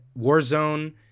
Warzone